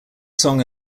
song